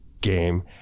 game